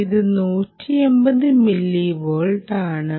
ഇത് 150 മില്ലിവോൾട്ട് ആണ്